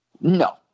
No